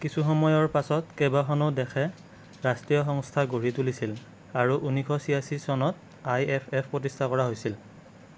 কিছু সময়ৰ পাছত কেইবাখনো দেশে ৰাষ্ট্ৰীয় সংস্থা গঢ়ি তুলিছিল আৰু ঊনৈছশ ছয়াশী চনত আই এফ এফ প্ৰতিষ্ঠা কৰা হৈছিল